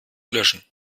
löschen